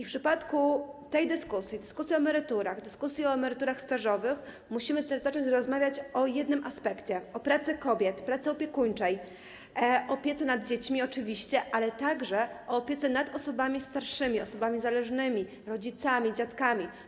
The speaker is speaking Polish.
W przypadku tej dyskusji, dyskusji o emeryturach, dyskusji o emeryturach stażowych, musimy też zacząć rozmawiać o jednym aspekcie: o pracy kobiet, pracy opiekuńczej, opiece nad dziećmi, oczywiście, ale także opiece nad osobami starszymi, osobami zależnymi, rodzicami, dziadkami.